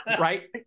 Right